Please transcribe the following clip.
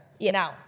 Now